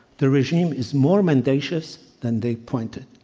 the regime is more mendacious than they pointed.